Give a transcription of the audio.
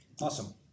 Awesome